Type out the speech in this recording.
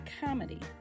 comedy